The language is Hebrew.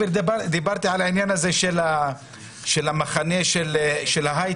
דיברתי על העניין הזה של המחנה של ההיי-טק,